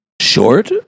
Short